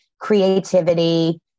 creativity